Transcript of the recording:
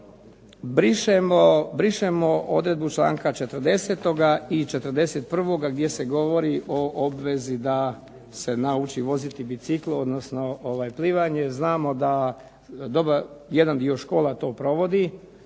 Brišemo odredbu članka 40. i 41. gdje se govori o obvezi da se nauči voziti biciklo odnosno plivanje. Znamo da jedan dio škola to provodi